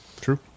True